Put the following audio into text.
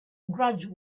grudge